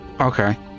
Okay